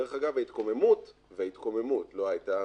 דרך אגב, ההתקוממות, ולא היתה